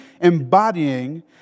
embodying